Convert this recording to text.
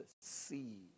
see